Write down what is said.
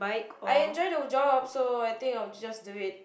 I enjoy the job so I think I will just do it